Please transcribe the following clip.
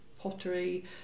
pottery